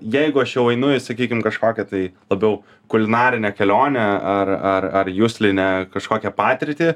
jeigu aš jau einu į sakykim kažkokią tai labiau kulinarinę kelionę ar ar ar juslinę kažkokią patirtį